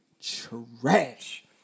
Trash